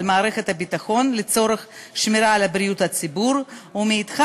מערכת הביטחון לצורך שמירה על בריאות הציבור ומאידך